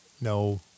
No